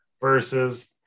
versus